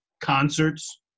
concerts